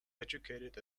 educated